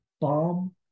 bomb